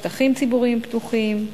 שטחים ציבוריים פתוחים,